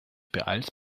beeilst